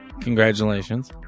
Congratulations